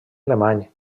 alemany